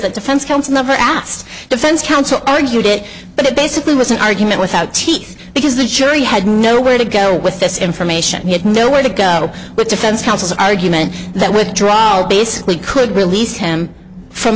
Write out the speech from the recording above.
that defense counsel never asked defense counsel argued it but it basically was an argument without teeth because the jury had no way to go with this information he had nowhere to go but defense counsel's argument that withdrawal basically could release him from